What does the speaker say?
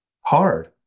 hard